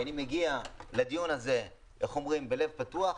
כי אני מגיע לדיון הזה בלב פתוח,